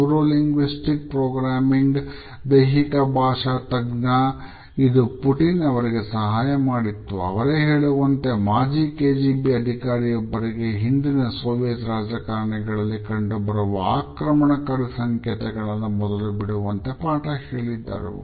neuro linguistic programming ರಾಜಕಾರಣಿಗಳಲ್ಲಿ ಕಂಡುಬರುವ ಆಕ್ರಮಣಕಾರಿ ಸಂಕೇತಗಳನ್ನು ಮೊದಲು ಬಿಡುವಂತೆ ಪಾಠ ಹೇಳಿದ್ದರು